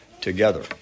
together